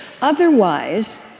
otherwise